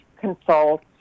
consult